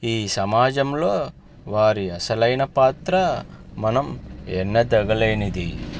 ఈ సమాజంలో వారి అసలైన పాత్ర మనం ఎన్నదగలేనిది